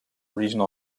regional